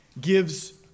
gives